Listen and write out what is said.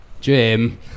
Jim